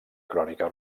crònica